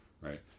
right